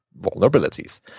vulnerabilities